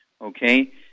okay